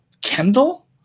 Kendall